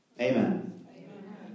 Amen